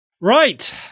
Right